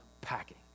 packing